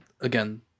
again